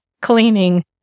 cleaning